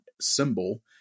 symbol